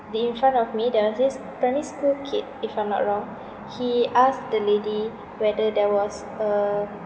the in front of me there was this primary school kid if I'm not wrong he asked the lady whether there was a